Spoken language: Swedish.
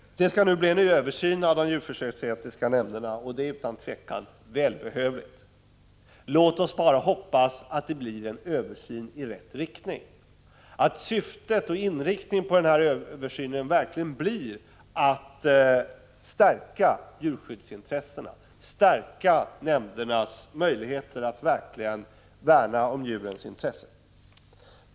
Det skall nu bli en översyn av de djurförsöksetiska nämnderna, och det är utan tvivel välbehövligt. Låt oss bara hoppas att det blir en översyn i rätt riktning och att syftet och inriktningen verkligen är att stärka djurskyddet och nämndernas möjligheter att verkligen värna om djurens intressen.